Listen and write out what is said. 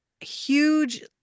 huge